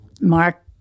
Mark